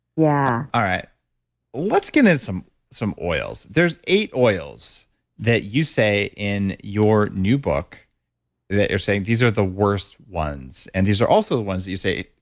yeah let's get in some some oils. there's eight oils that you say in your new book that you're saying these are the worst ones. and these are also the ones that you say,